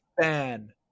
fan